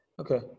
Okay